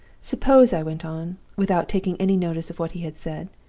suppose, i went on, without taking any notice of what he had said,